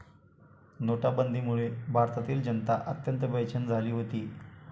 नोटाबंदीमुळे भारतातील जनता अत्यंत बेचैन झाली होती